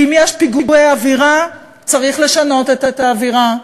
ואם יש פיגועי אווירה, צריך לשנות את האווירה,